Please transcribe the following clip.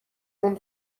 اون